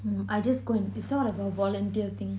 I just go and it's sort of a volunteer thing